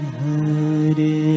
Hare